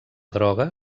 droga